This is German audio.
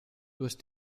durch